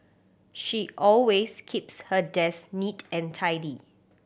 she always keeps her desk neat and tidy